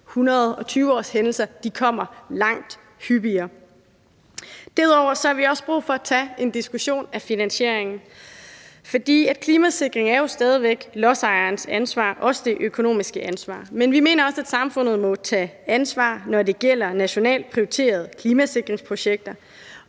100-årshændelser, kommer langt hyppigere. Derudover har vi også brug for at tage en diskussion om finansieringen, fordi klimasikring jo stadig væk er lodsejerens ansvar, også det økonomiske ansvar. Men vi mener også, at samfundet må tage ansvar, når det gælder nationalt prioriterede klimasikringsprojekter